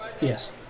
Yes